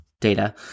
data